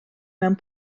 mewn